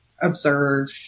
observe